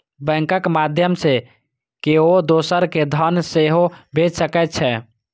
बैंकक माध्यय सं केओ दोसर कें धन सेहो भेज सकै छै